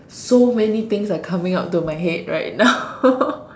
so many things are coming out to my head right now